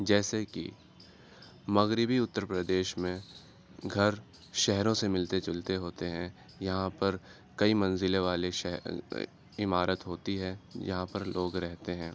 جیسے کہ مغربی اتر پردیش میں گھر شہروں سے ملتے جلتے ہوتے ہیں یہاں پر کئی منزلیں والے عمارت ہوتی ہے جہاں پر لوگ رہتے ہیں